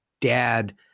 dad